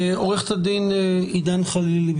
עו"ד עידן חלילי.